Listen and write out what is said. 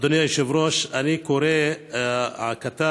אדוני היושב-ראש, אני קורא שכתב